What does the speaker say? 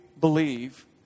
believe